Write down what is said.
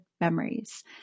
memories